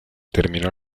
terminó